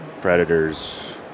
predators